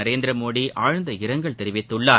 நரேந்திரமோடி ஆழ்ந்த இரங்கல் தெரிவித்துள்ளார்